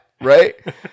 Right